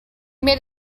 made